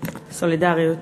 דומייה,